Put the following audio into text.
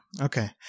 Okay